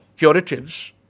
curatives